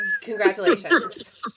Congratulations